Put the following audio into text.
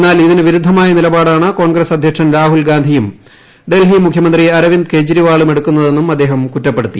എന്നൂർ പ്പു ഇതിന് വിരുദ്ധമായ നിലപാടാണ് കോൺഗ്രസ് അധ്യക്ഷൻ രാഹുൽഗാന്ധിയും ഡൽഹി മുഖ്യമന്ത്രി അരവിന്ദ ക്കെജ്രിലാളും എടുക്കുന്നതെന്നും അദ്ദേഹം കുറ്റപ്പെടുത്തി